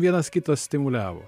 vienas kitą stimuliavo